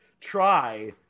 try